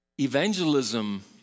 evangelism